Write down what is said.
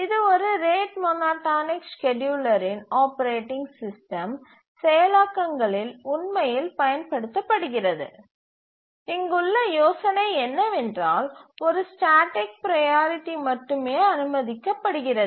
இது ஒரு rate monotonic ஸ்கேட்யூலரின் ஆப்பரேட்டிங் சிஸ்டம் செயலாக்கங்களில் உண்மையில் பயன்படுத்தப்படுகிறது இங்குள்ள யோசனை என்னவென்றால் ஒரு ஸ்டேட்டிக் ப்ரையாரிட்டி மட்டுமே அனுமதிக்கப்படுகிறது